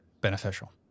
beneficial